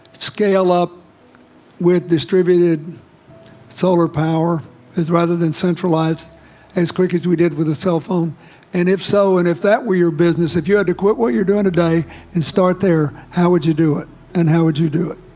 scale up with distributed solar power is rather than centralized as quick as we did with a cell phone and if so and if that were your business if you had to quit what you're doing today and start there? how would you do it and how would you do it?